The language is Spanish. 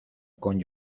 con